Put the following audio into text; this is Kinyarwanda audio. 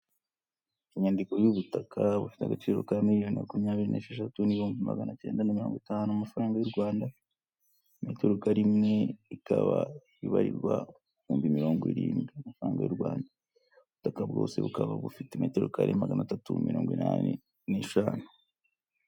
Inyandiko y'ubutaka bufite agaciro ka miliyoni makumyabiri n'esheshatu n'ibihumbi magana icyenda na mirongo itanu mu mafaranga y'u Rwanda. Meterokare imwe ikaba ibarirwa ibihumbi mirongo irindwi, amafaranga y'u Rwanda. Ubutaka bwose bukaba bufite meterokare magana atatu mirongo inani n'eshanu.